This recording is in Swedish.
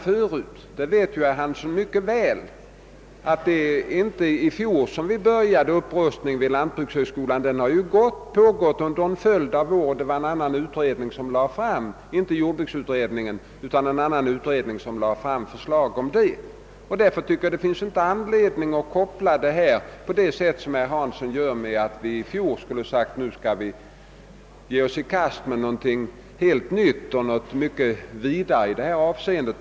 Herr Hansson i Skegrie känner mycket väl till att det inte var i fjol vi började upprustningen vid lantbrukshögskolan, utan den har ju pågått under en följd av år, och det var inte jordbruksutredningen utan en annan utredning som framlade förslag härom. Därför finns det enligt min mening ingen anledning att göra den sammankoppling som herr Hansson gjort genom att göra gällande att vi i fjol bestämde oss för att ge oss i kast med någonting helt nytt och vittsyftande på detta område.